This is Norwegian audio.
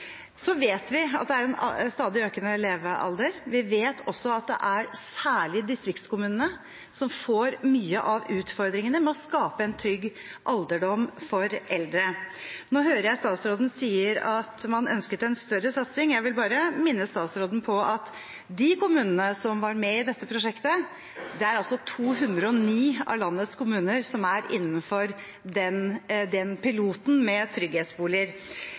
Så vet vi at det er en stadig økende levealder. Vi vet også at det er særlig distriktskommunene som får mye av utfordringene med å skape en trygg alderdom for eldre. Nå hører jeg statsråden sier at man ønsket en større satsing. Jeg vil bare minne statsråden på at de kommunene som var med i dette prosjektet – det er altså 209 av landets kommuner som er innenfor den piloten med trygghetsboliger.